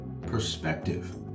perspective